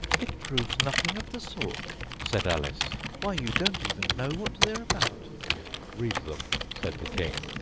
it proves nothing of the sort said alice. why, you don't even know what they're about read them said the king.